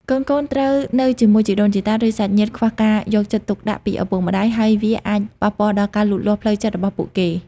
កូនៗត្រូវនៅជាមួយជីដូនជីតា ឬសាច់ញាតិ ខ្វះការយកចិត្តទុកដាក់ពីឪពុកម្ដាយ ហើយវាអាចប៉ះពាល់ដល់ការលូតលាស់ផ្លូវចិត្តរបស់ពួកគេ។ ។